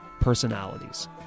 personalities